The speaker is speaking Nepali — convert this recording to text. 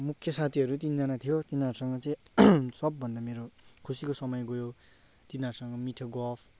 मुख्य साथीहरू तिनजना थियो तिनीहरूसँग चाहिँ सबभन्दा मेरो खुसीको समय गयो तिनीहरूसँग मिठो गफ